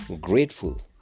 grateful